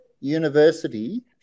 University